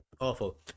awful